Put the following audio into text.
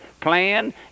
plan